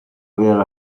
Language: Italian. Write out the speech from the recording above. aver